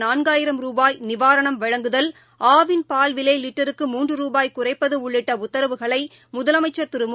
நான்காயிரம் ரூபாய் நிவாரணம் வழங்குதல் ஆவின் பால் விலை லிட்டருக்கு மூன்று ரூபாய் குறைப்பது உள்ளிட்ட உத்தரவுகளை முதலமைச்சர் திரு மு